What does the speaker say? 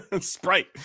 Sprite